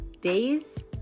days